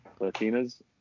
Latinas